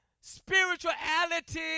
spirituality